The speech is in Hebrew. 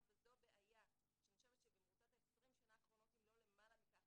וזו בעיה שאני חושבת שבמרוצת ה-20 שנה האחרונות אם לא למעלה מכך